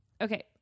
Okay